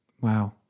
Wow